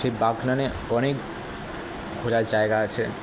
সেই বাগনানে অনেক ঘোরার জায়গা আছে